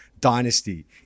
dynasty